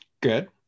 Good